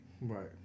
Right